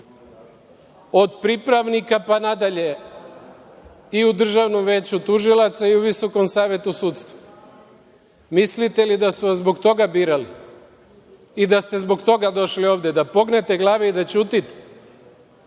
od pripravnika, pa nadalje, i u Državnom veću tužilaca i u Visokom savetu sudstva? Mislite li da su vas zbog toga birali i da ste zbog toga došli ovde, da pognete glave i da ćutite? Mene